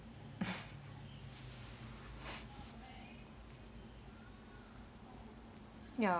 ya